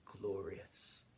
glorious